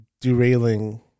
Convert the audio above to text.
derailing